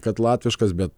kad latviškas bet